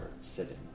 sitting